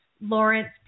Lawrence